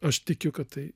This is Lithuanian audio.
aš tikiu kad tai